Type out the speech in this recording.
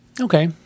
Okay